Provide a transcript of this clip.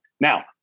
now